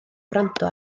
gwrando